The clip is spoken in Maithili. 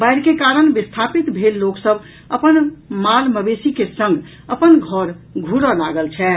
बाढ़ि के कारण विस्थापित भेल लोक सभ अपन माल मवेशी के संग अपन घर घुरऽ लागल छथि